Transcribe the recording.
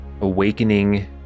awakening